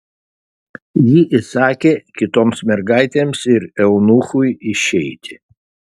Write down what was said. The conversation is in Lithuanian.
ji įsakė kitoms mergaitėms ir eunuchui išeiti